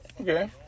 Okay